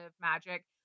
magic